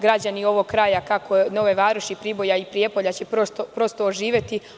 Građani ovog kraja, Nove Varoši, Priboja i Prijepolja će prosto oživeti.